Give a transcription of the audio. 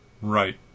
Right